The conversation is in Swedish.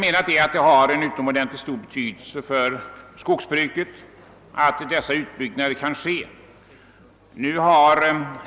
Vi anser det nämligen vara av utomordentligt stor betydelse för skogsbruket att en utbyggnad av skogsbilvägarna kommer till stånd.